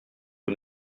que